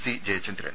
C Jayachandran